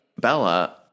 Bella